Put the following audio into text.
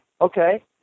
okay